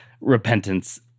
repentance